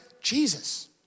Jesus